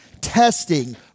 testing